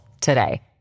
today